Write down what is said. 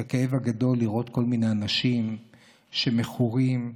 הכאב גדול, לראות כל מיני אנשים שמכורים לסמים,